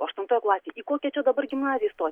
aštuntoj klasėj į kokią čia dabar gimnaziją įstot